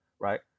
right